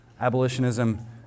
Abolitionism